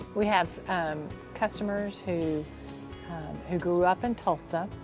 we have customers who who grew up in tulsa,